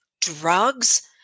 drugs